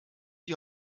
die